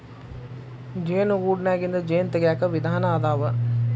ಜೇನು ಗೂಡನ್ಯಾಗಿಂದ ಜೇನ ತಗಿಯಾಕ ವಿಧಾನಾ ಅದಾವ